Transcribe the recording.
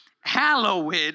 hallowed